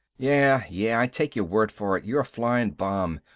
yeah, yeah. i take your word for it, you're a flying bomb.